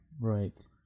Right